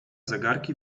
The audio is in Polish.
zegarki